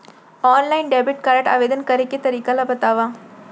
Online debit card आवेदन करे के तरीका ल बतावव?